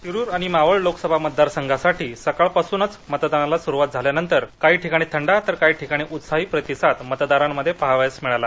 शिरूर आणि मावळ लोकसभा मतदारसंहासाठी सकाळपासूनच मतदानाला सुरुवात झाल्यानंतर काही ठिकाणी थंडा तर काही ठिकाणी उत्साही प्रतिसाद मतदारांमध्ये पहावयास मिळाला